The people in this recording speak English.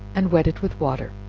and wet it with water,